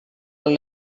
del